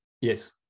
Yes